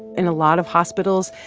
in a lot of hospitals,